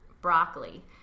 Broccoli